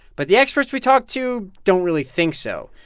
but the experts we talked to don't really think so.